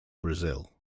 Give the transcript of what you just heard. brazil